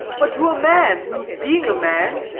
but to a man who, being a man,